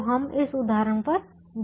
तो हम इस उदाहरण पर जाते हैं